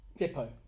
Dippo